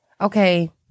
okay